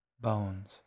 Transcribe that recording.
Bones